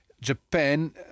Japan